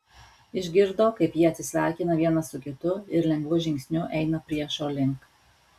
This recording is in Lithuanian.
išgirdo kaip jie atsisveikina vienas su kitu ir lengvu žingsniu eina priešo link